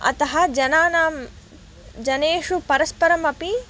अतः जनानां जनेषु परस्परमपि